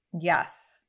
yes